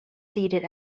seated